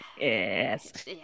Yes